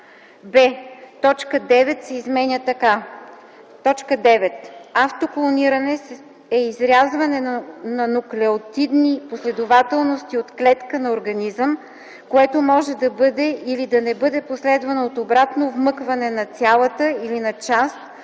б) точка 9 се изменя така: „9. „Автоклониране” е изрязване на нуклеотидни последователности от клетка на организъм, което може да бъде или да не бъде последвано от обратно вмъкване на цялата или на част